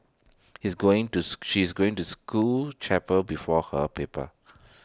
he's going tooth she's going to school chapel before her paper